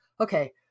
okay